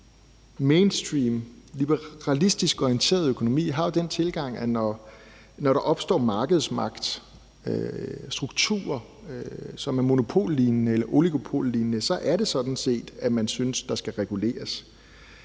mainstream, liberalistisk orienteret økonomi har den tilgang, at når der opstår markedsmagt, strukturer, som er monopollignende eller oligopollignende, er det sådan set, at man synes, at der skal reguleres,